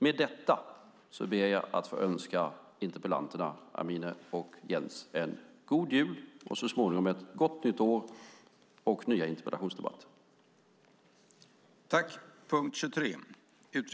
Med detta ber jag att få önska debattdeltagarna Amineh och Jens en god jul och så småningom ett gott nytt år och nya interpellationsdebatter.